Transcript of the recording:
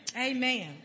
Amen